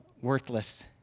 Worthless